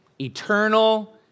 Eternal